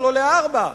לא לארבע,